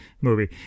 movie